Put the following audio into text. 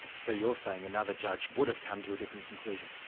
so you're saying another judge would have come to a different conclusion?